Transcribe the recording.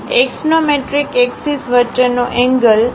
axonometric axis વચ્ચેનો angle 120 degree જેટલો છે